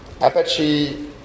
Apache